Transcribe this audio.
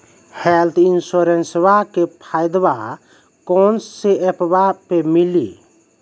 Health इंश्योरेंसबा के फायदावा कौन से ऐपवा पे मिली?